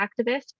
activist